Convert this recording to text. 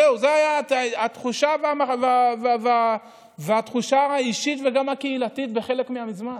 זו הייתה התחושה האישית וגם הקהילתית בחלק מהזמן.